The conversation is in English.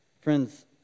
Friends